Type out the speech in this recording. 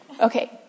Okay